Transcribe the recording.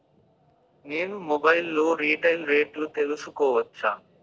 నేను మొబైల్ లో రీటైల్ రేట్లు తెలుసుకోవచ్చా?